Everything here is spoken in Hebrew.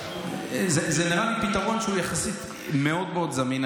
זה נראה לי פתרון שהוא יחסית מאוד מאוד זמין.